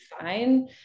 fine